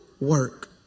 work